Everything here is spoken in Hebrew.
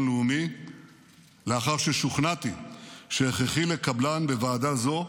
לאומי לאחר ששוכנעתי שהכרחי לקבלן בוועדה זו,